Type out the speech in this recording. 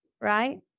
right